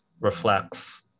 Reflects